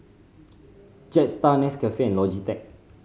Jetstar Nescafe and Logitech